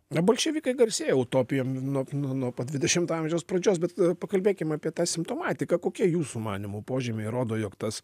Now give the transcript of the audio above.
na bolševikai garsėja utopijom nuo nuo pat dvidešimto amžiaus pradžios bet pakalbėkim apie tą simptomatiką kokie jūsų manymu požymiai rodo jog tas